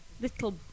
little